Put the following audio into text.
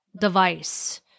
device